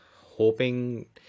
hoping